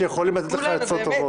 שיכולים לתת לך עצות טובות.